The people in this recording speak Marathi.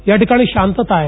या ठिकाणी शांतता आहे